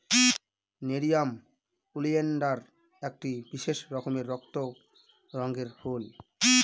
nerium oleander একটা বিশেষ রকমের রক্ত রঙের ফুল